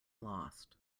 lost